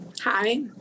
Hi